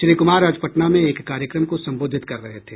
श्री कुमार आज पटना में एक कार्यक्रम को संबोधित कर रहे थे